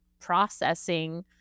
processing